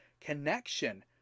connection